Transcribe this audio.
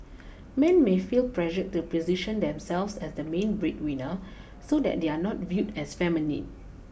men may feel pressured to position themselves as the main breadwinner so that they are not viewed as feminine